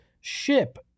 ship